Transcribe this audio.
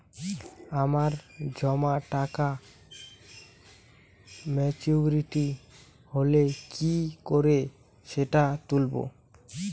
আমার জমা টাকা মেচুউরিটি হলে কি করে সেটা তুলব?